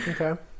Okay